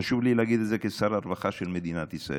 חשוב לי להגיד את זה, כשר הרווחה של מדינת ישראל: